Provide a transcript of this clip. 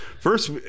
First